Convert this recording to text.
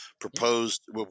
proposed